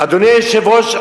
אדוני היושב-ראש,